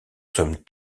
sommes